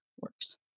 works